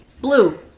Blue